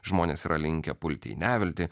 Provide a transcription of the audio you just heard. žmonės yra linkę pulti į neviltį